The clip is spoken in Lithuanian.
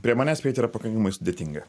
prie manęs prieit yra pakankamai sudėtinga